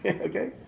Okay